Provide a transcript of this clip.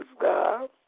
God